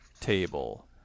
table